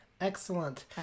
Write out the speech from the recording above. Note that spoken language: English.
excellent